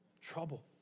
Trouble